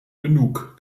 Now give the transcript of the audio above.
genug